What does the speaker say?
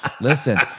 listen